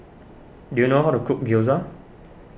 do you know how to cook Gyoza